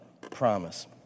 promise